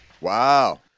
Wow